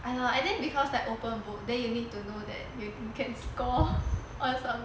I don't know I think cause like open book then you need to know that you can score or something